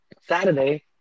Saturday